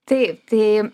taip tai